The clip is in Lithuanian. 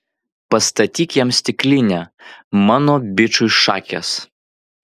pastatyk jam stiklinę mano bičui šakės